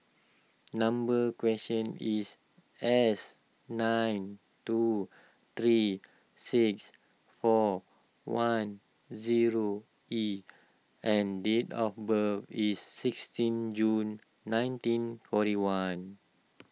number question is S nine two three six four one zero E and date of birth is sixteen June nineteen forty one